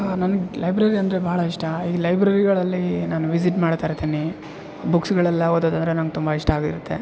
ನನಗೆ ಲೈಬ್ರೆರಿ ಅಂದರೆ ಬಹಳ ಇಷ್ಟ ಈ ಲೈಬ್ರೆರಿಗಳಲ್ಲಿ ನಾನು ವಿಸಿಟ್ ಮಾಡ್ತಾ ಇರ್ತೀನಿ ಬುಕ್ಸ್ಗಳೆಲ್ಲ ಓದೋದಂದರೆ ನಂಗೆ ತುಂಬ ಇಷ್ಟ ಆಗಿರುತ್ತೆ